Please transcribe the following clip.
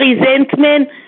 resentment